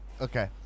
Okay